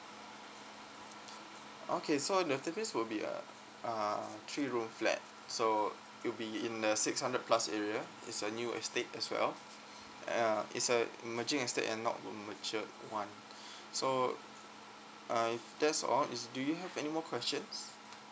okay so the will be a uh three room flat so it'll be in the six hundred plus area is a new estate as well uh it's a immature estate and not a matured one so uh that's all is do you have anymore questions